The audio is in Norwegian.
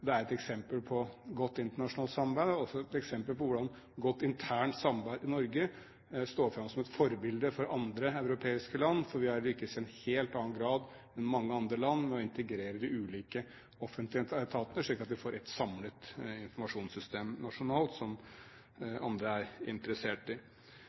det er viktig på mange områder. Det er et eksempel på godt internasjonalt samarbeid og også et eksempel på hvordan godt internt samarbeid i Norge står fram som et forbilde for andre europeiske land, for vi har lyktes i en helt annen grad enn mange andre land med å integrere de ulike offentlige etater, slik at vi får et samlet informasjonssystem nasjonalt, som andre er interessert i.